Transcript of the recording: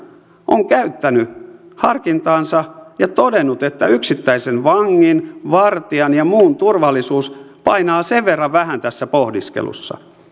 on käyttänyt harkintaansa ja todennut että yksittäisen vangin vartijan ja muun turvallisuus painaa sen verran vähän tässä pohdiskelussa